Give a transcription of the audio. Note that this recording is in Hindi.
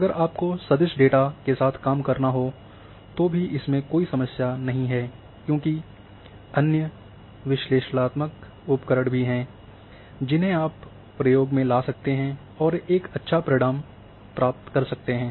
अगर आपको सदिश डेटा के साथ काम करना हो तो भी इसमें कोई समस्या नहीं है क्योंकि अन्य विश्लेषणात्मक उपकरण भी हैं जिन्हें आप प्रयोग में ला सकते हैं एक अच्छा परिणाम प्राप्त कर सकते हैं